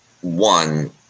one